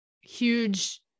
huge